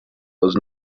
was